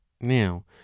now